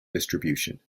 distribution